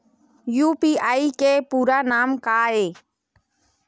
UPI के पूरा नाम का ये?